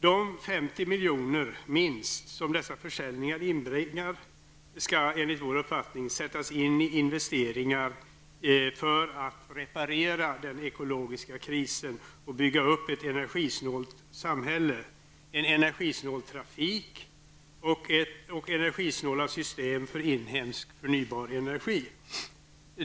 De minst 50 miljarder som dessa försäljningar inbringar skall enligt vår uppfattning sättas in i investeringar för att reparera den ekologiska krisen och bygga upp ett energisnålt samhälle; en energisnål trafik och energisnåla system för inhemsk förnybar energi.